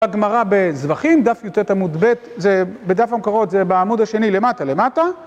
הגמרה בזבחים, דף יוד טית עמוד ב', זה בדף המקורות זה בעמוד השני למטה למטה